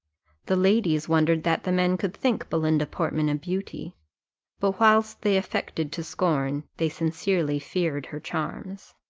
the ladies wondered that the men could think belinda portman a beauty but whilst they affected to scorn, they sincerely feared her charms.